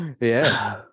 yes